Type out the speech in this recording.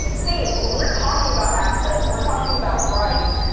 hey, when we're talking about access, and we're talking about rights,